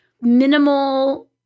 minimal